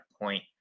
point